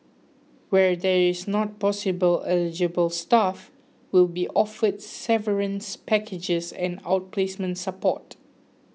where there is not possible eligible staff will be offered severance packages and outplacement support